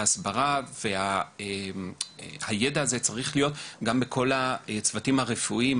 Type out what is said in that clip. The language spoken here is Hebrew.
ההסברה והידע הזה צריכים להיות גם בכל הצוותים הרפואיים,